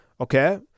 Okay